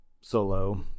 solo